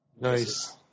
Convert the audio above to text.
Nice